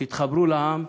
תתחברו לעם,